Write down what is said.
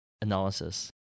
analysis